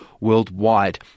worldwide